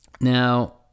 Now